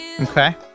Okay